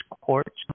courts